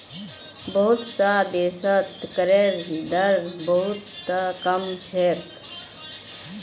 बहुत स देशत करेर दर बहु त कम छेक